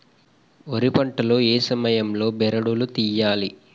వరి పంట లో ఏ సమయం లో బెరడు లు తియ్యాలి?